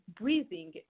breathing